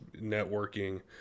networking